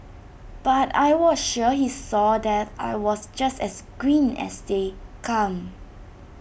but I was sure he saw that I was just as green as they come